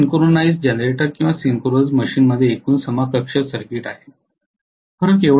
हे synchronize generator किंवा synchronous मशीनचे एकूण समकक्ष सर्किट आहे